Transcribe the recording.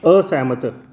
असैह्मत